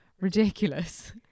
ridiculous